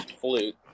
Flute